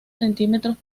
centímetros